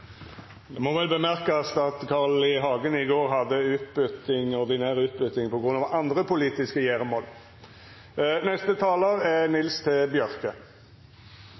Det må vel seiast at Carl I. Hagen i går hadde ordinær utbyting på grunn av andre politiske gjeremål. Det er